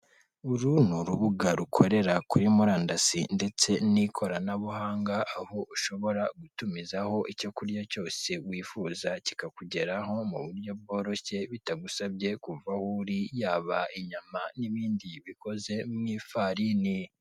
Uru ni urubuga rukorera kuri murandasi ndetse n'ikoranabuhanga, aho ushobora gutumizaho icyo kurya cyose wifuza kikakugeraho mu buryo bworoshye, bitagusabye kuva aho uri, yaba inyama n'ibindi bikoze mu ifarini.